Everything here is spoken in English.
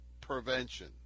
prevention